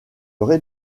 rez